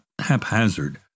haphazard